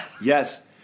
Yes